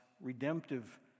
redemptive